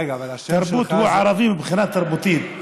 רגע, אבל השם שלך זה, הוא ערבי מבחינה תרבותית.